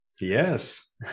Yes